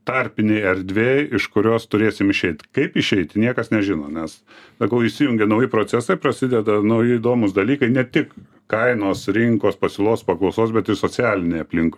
tarpinėj erdvėj iš kurios turėsim išeit kaip išeit niekas nežino nes tegul įsijungia nauji procesai prasideda nauji įdomūs dalykai ne tik kainos rinkos pasiūlos paklausos bet ir socialinėj aplink